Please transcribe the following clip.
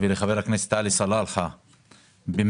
עלי סלאלחה ופטין מולא שלא נמצא אתנו כאן.